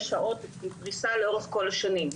יש שעות לאורך כל השנים.